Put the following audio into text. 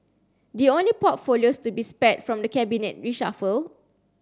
the only portfolios to be spared from the cabinet reshuffle